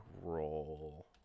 roll